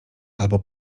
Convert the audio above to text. albo